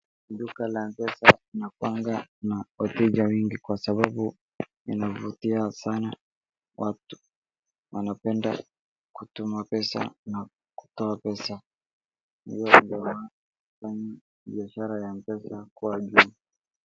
Duka la M-pesa linakuanga na wateja wengi kwa sababu linavutia sana watu. Wanapenda kutuma pesa na kutoa pesa. Hio ndio maana biashara ya M-pesa hukuwa juu.